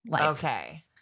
Okay